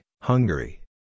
Hungary